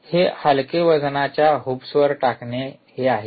हे हलके वजनाच्या हुप्स वर टाकणे हे आहे